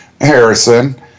Harrison